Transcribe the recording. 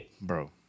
bro